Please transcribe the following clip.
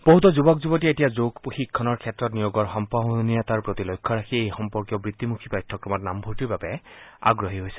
বহুতো যুৱক যুৱতীয়ে এতিয়া যোগ শিক্ষণৰ ক্ষেত্ৰত নিয়োগৰ সম্ভাৱনীয়তাৰ প্ৰতি লক্ষ্য ৰাখি এই সম্পৰ্কীয় বৃত্তিমুখী পাঠ্যক্ৰমত নামভৰ্তিৰ বাবে আগ্ৰহী হৈছে